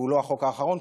והוא לא החוק האחרון,